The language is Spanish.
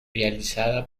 realizada